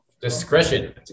Discretion